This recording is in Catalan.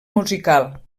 musical